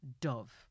dove